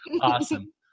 Awesome